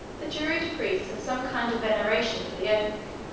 the druid priests had some kind of veneration for the oak,